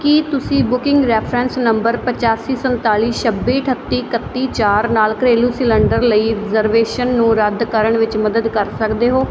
ਕੀ ਤੁਸੀਂ booking reference number ਪਚਾਸੀ ਸੰਤਾਲੀ ਛੱਬੀ ਅਠੱਤੀ ਇਕੱਤੀ ਚਾਰ ਨਾਲ ਘਰੇਲੂ ਸਿਲੰਡਰ ਲਈ ਰਿਜ਼ਰਵੇਸ਼ਨ ਨੂੰ ਰੱਦ ਕਰਨ ਵਿੱਚ ਮਦਦ ਕਰ ਸਕਦੇ ਹੋ